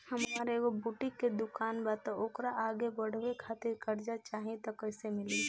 हमार एगो बुटीक के दुकानबा त ओकरा आगे बढ़वे खातिर कर्जा चाहि त कइसे मिली?